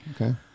okay